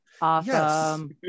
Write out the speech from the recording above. Awesome